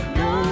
no